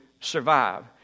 survive